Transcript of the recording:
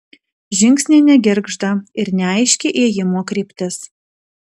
žingsniai negirgžda ir neaiški ėjimo kryptis